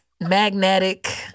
magnetic